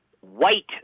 white